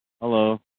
Hello